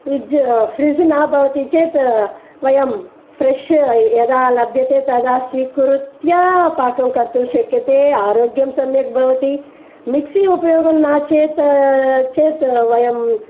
fees fridge ना भवति चेत् वयं फ्रेश यदा लभ्यते तदा स्वीकृत्य पाकं कर्तुं शक्यते आरोग्यं सम्यक् भवति मिक्सि उपयोगं न चेत् चेत् वयं